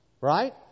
Right